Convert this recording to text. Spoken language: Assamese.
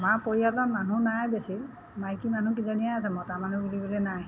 আমাৰ পৰিয়ালত মানুহ নাই বেছি মাইকী মানুহকেইজনীয়ে আছে মতা মানুহ বুলিবলৈ নাই